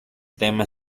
tema